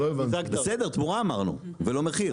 תמורה אמרנו ולא מחיר.